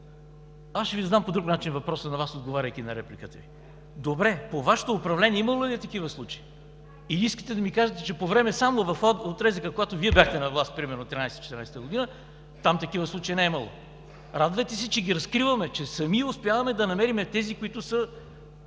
Ще Ви задам по друг начин въпроса, отговаряйки на репликата Ви: добре, по Вашето управление имало ли е такива случаи? Или искате да ми кажете, че само по време на отрязъка, когато Вие бяхте на власт, примерно през 2013 – 2014 г., такива случаи не е имало? Радвайте се, че ги разкриваме, че сами успяваме да намерим тези, които не